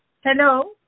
Hello